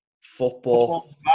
Football